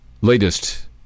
latest